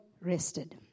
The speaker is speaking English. rested